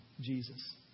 Jesus